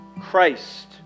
Christ